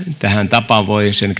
tähän tapaan voi sen